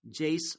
Jace